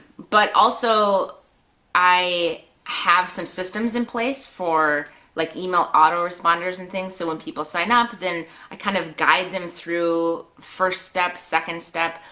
but also i have some systems in place for like email auto-responders and things, so when people sign up then i kind of guide them through first step, second step,